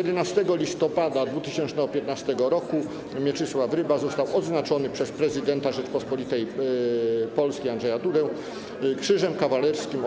11 listopada 2015 r. Mieczysław Ryba został odznaczony przez prezydenta Rzeczypospolitej Polskiej Andrzeja Dudę Krzyżem Kawalerskim